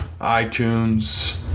iTunes